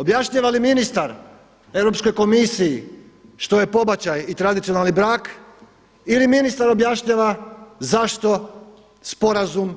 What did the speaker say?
Objašnjava li ministar Europskoj komisiji što je pobačaj i tradicionalni brak ili ministar objašnjava zašto sporazum